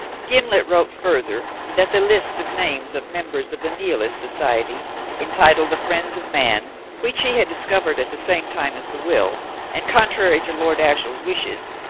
gimblet wrote, further, that the list of names of members of the nihilist society entitled the friends of man which he had discovered at the same time as the will and, contrary to lord ashiel's wishes,